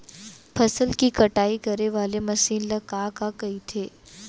फसल की कटाई करे वाले मशीन ल का कइथे?